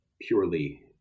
purely